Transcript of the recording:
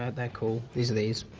ah they're cool. these are these.